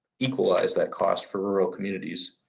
equalize that cost for rural communities,